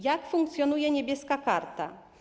Jak funkcjonuje „Niebieska Karta”